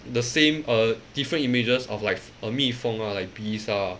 the same uh different images of like uh 蜜蜂 ah like bees ah